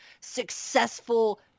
successful